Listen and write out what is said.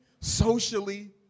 socially